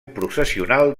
processional